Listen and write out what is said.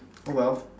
oh well